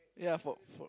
ya for